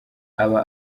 aba